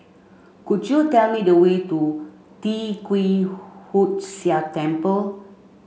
could you tell me the way to Tee Kwee Hood Sia Temple